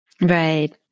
Right